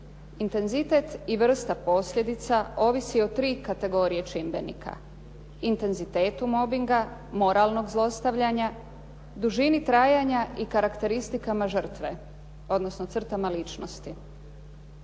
Intenzitet i vrsta posljedica ovisi o tri kategorije čimbenika, intenzitetu mobbinga, moralnog zlostavljanja, dužini trajanja i karakteristikama žrtve, odnosno crtama ličnosti.